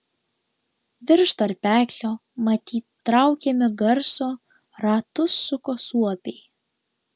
virš tarpeklio matyt traukiami garso ratus suko suopiai